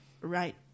right